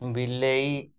ବିଲେଇ